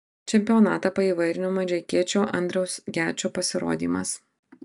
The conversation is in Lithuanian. čempionatą paįvairino mažeikiečio andriaus gečo pasirodymas